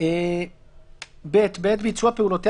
שיידע בדיוק מה לעשות.